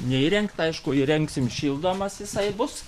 neįrengta aišku įrengsim šildomas jisai bus